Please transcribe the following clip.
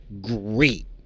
great